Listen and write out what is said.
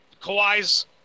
Kawhi's